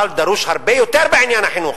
אבל דרוש הרבה יותר בעניין החינוך,